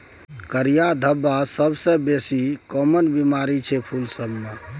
करिया धब्बा सबसँ बेसी काँमन बेमारी छै फुल सब मे